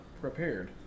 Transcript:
prepared